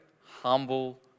humble